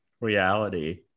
reality